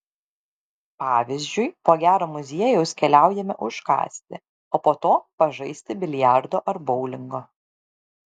pavyzdžiui po gero muziejaus keliaujame užkąsti o po to pažaisti biliardo ar boulingo